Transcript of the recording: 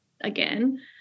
again